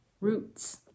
roots